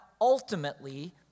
ultimately